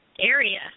Area